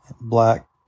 black